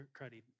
cruddy